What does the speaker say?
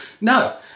no